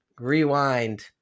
Rewind